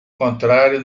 contrário